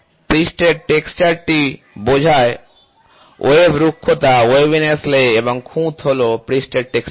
পৃষ্ঠের টেক্সচার টি বোঝায় ওয়েভ রুক্ষতা ওয়েভিনেস লে এবং খুঁত হল পৃষ্ঠের টেক্সচার